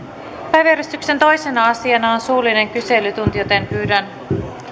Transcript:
päiväjärjestyksen toisena asiana on suullinen kyselytunti pyydän